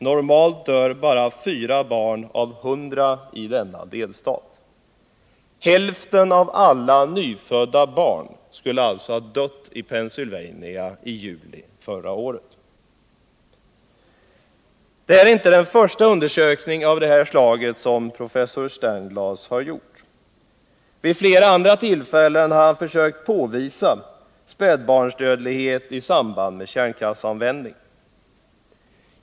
Normalt dör bara 4 barn av 100 i denna delstat. Hälften av alla nyfödda barn skulle alltså ha dött i Pennsylvania i juli förra året!? Detta är inte den första undersökningen av samma slag som professor Sternglass har gjort. Vid flera andra tillfällen har han försökt påvisa spädbarnsdödlighet i samband med kärnkraftsanvändning.